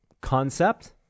concept